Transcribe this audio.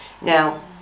now